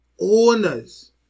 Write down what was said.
owners